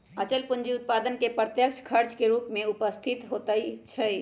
अचल पूंजी उत्पादन में अप्रत्यक्ष खर्च के रूप में उपस्थित होइत हइ